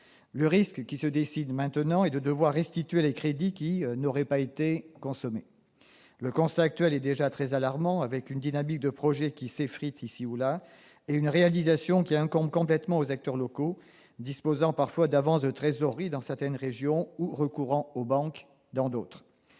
Le risque qui se dessine maintenant est de devoir restituer les crédits qui n'auraient pas été consommés. Le constat actuel est déjà très alarmant : la dynamique de projets s'effrite et leur réalisation incombe complètement aux acteurs locaux, qui disposent d'avances de trésorerie dans certaines régions et recourent aux banques dans d'autres.